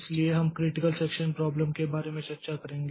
इसलिए हम critical section problem के बारे में चर्चा करेंगे